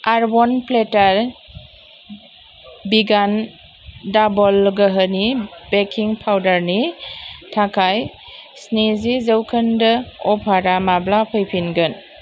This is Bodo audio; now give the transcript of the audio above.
आर्बन प्लेटार बिगान दाबल गोहोनि बेकिं पाउदारनि थाखाय स्निजि जौखोन्दो अफारा माब्ला फैफिनगोन